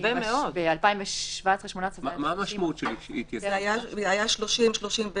כי ב-2018-2017 זה היה 30%. זה היה 30%-33%.